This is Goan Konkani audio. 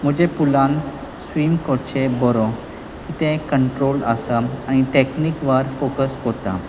म्हजे पुलान स्विम करचें बरो कितें कंट्रोल आसा आनी टॅक्नीक व फॉकस करता